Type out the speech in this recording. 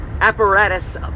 apparatus